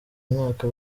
umwaka